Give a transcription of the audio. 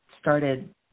started